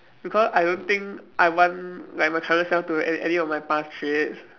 because I don't think I want like my current self to in~ inherit my past traits